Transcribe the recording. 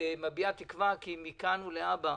ומביעה תקווה כי מכאן ולהבא,